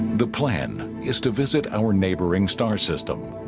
the plan is to visit our neighboring star system,